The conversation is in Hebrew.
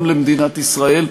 גם למדינת ישראל.